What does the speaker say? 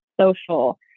social